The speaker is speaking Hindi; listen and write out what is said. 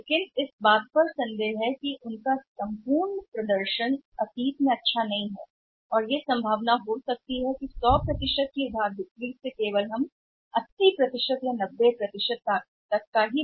लेकिन इस बात पर संदेह है कि उनका समग्र प्रदर्शन अच्छा नहीं रहा है अतीत हो सकता है कि 100 क्रेडिट बिक्री में से हम केवल 80 या 90 ही वसूल कर सकें